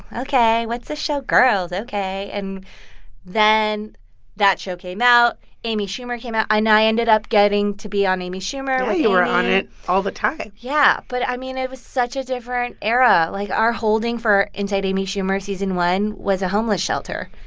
ok. what's this show, girls? ok. and then that show came out. amy schumer came out, and i ended up getting to be on amy schumer you were on it all the time yeah. but i mean, it was such a different era. like, our holding for inside amy schumer season one was a homeless shelter,